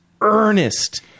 earnest